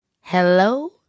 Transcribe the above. Hello